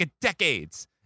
decades